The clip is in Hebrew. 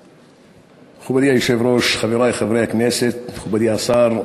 מכובדי היושב-ראש, חברי חברי הכנסת, מכובדי השר,